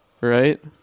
Right